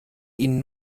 ihnen